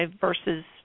versus